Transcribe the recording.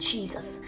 Jesus